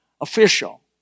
official